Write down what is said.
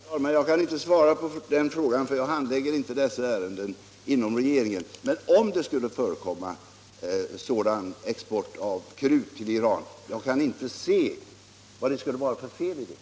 Herr talman! Jag kan inte svara på den frågan, eftersom jag inte handlägger dessa ärenden inom regeringen. Men om det skulle förekomma sådan export av krut till Iran, kan jag inte se vad det skulle vara för fel i detta.